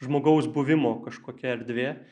žmogaus buvimo kažkokia erdvė